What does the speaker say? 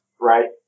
Right